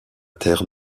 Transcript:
terre